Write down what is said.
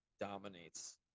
dominates